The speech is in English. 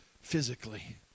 physically